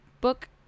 book